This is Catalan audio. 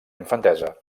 infantesa